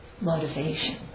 motivation